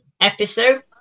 episode